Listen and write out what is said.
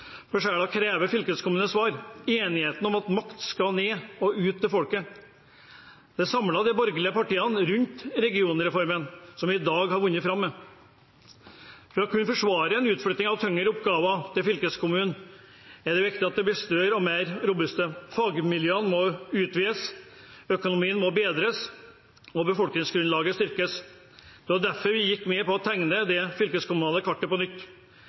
fylkeskommunale forskjeller krever fylkeskommunale svar, enigheten om at makt skal ned og ut til folket. Dette samlet de borgerlige partiene rundt regionreformen, som vi i dag har vunnet fram med. For å kunne forsvare utflytting av tyngre oppgaver til fylkeskommunene var det viktig at de ble større og mer robuste. Fagmiljøene måtte utvides , økonomien bedres og befolkningsgrunnlaget styrkes . Det var derfor vi gikk med på å tegne det fylkeskommunale kartet på nytt.